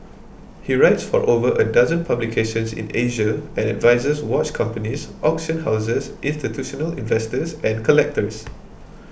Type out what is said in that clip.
he writes for over a dozen publications in Asia and advises watch companies auction houses institutional investors and collectors